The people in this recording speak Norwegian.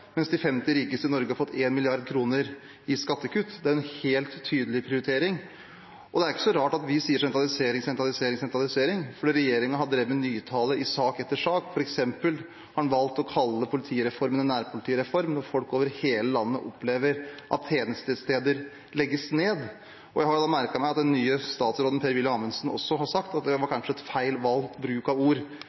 mens de 50 rikeste i Norge har fått 1 mrd. kr i skattekutt. Det er en helt tydelig prioritering. Det er ikke så rart at vi sier sentralisering, sentralisering, sentralisering, for regjeringen har drevet med nytale i sak etter sak. For eksempel har man valgt å kalle politireformen en nærpolitireform – når folk over hele landet opplever at tjenestesteder legges ned. Jeg har merket meg at den nye statsråden, Per-Willy Amundsen, også har sagt at det kanskje var feil bruk av ord.